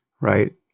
right